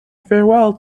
farewell